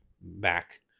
back